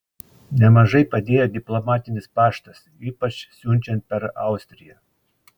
nemažai padėjo diplomatinis paštas ypač siunčiant per austriją